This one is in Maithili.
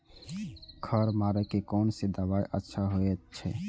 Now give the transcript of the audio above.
खर मारे के कोन से दवाई अच्छा होय छे?